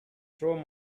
through